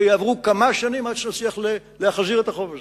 ויעברו כמה שנים עד שנצליח להחזיר את החוב הזה.